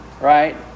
right